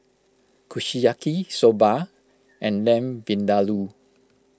Kushiyaki Soba and Lamb Vindaloo